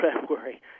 February